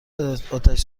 آتش